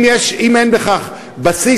אם אין לכך בסיס,